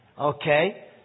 Okay